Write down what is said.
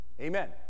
amen